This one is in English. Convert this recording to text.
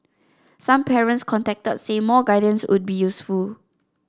some parents contacted said more guidance would be useful